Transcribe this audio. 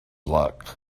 luck